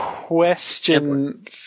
Question